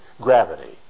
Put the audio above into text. gravity